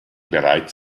bereits